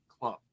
club